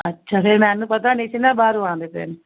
ਅੱਛਾ ਫਿਰ ਮੈਨੂੰ ਪਤਾ ਨਹੀਂ ਸੀ ਨਾ ਬਾਹਰੋਂ ਆਉਂਦੇ ਪਏ ਨੇ